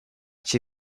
cię